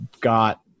got